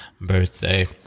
birthday